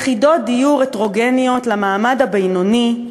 יחידות דיור הטרוגניות למעמד הבינוני,